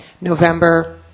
November